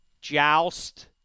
Joust